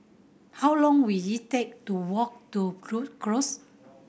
how long will it take to walk to Rhu Cross